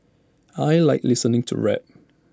I Like listening to rap